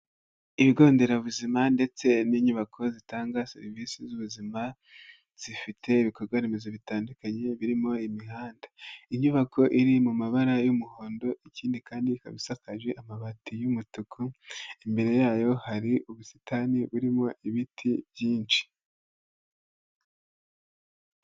Ibigo nderabuzima ndetse n'inyubako zitanga serivisi z'ubuzima zifite ibikorwaremezo bitandukanye birimo imihanda, inyubako iri mu mabara y'umuhondo ikindi kandi ikaba isakaje amabati y'umutuku imbere yayo hari ubusitani burimo ibiti byinshi.